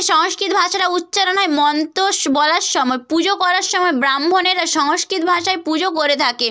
সংস্কৃত ভাষাটা উচ্চারণ হয় মন্ত্র স্ বলার সময় পুজো করার সময় ব্রাহ্মণেরা সংস্কৃত ভাষায় পুজো করে থাকে